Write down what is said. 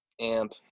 amp